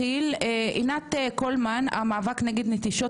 עינת קולמן, המאבק נגד נטישות